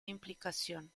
implicación